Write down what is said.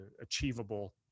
achievable